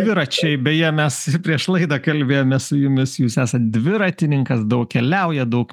dviračiai beje mes prieš laidą kalbėjome su jumis jūs esat dviratininkas daug keliaujat daug